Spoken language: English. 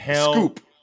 Scoop